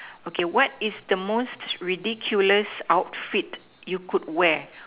okay what is the most ridiculous outfit you could wear